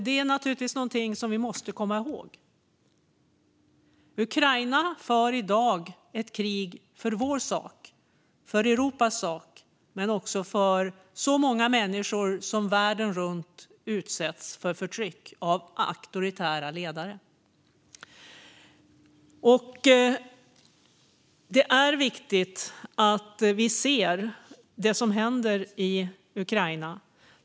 Det är naturligtvis någonting som vi måste komma ihåg. Ukraina för i dag ett krig för vår sak, för Europas sak, men också för så många människor som världen runt utsätts för förtryck av auktoritära ledare. Det är viktigt att vi ser det som händer i Ukraina.